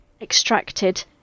extracted